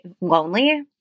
lonely